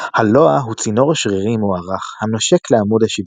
הלוע הוא צינור שרירי מוארך הנושק לעמוד השדרה,